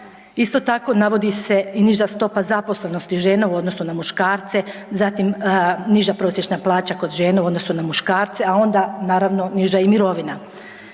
Isto tako navodi se i niža stopa zaposlenosti žena u odnosu na muškarce, zatim niža prosječna plaća kod žena u odnosu na muškarce, a onda naravno i niža mirovina.